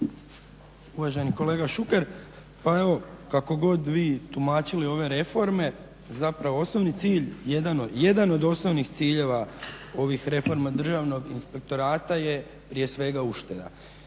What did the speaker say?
Uvaženi kolega Šuker, pa evo kako god vi tumačili ove reforme, zapravo osnovni cilj jedan od osnovnih ciljeva ovih reforma Državnog inspektorata je prije svega ušteda